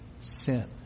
sin